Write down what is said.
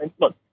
look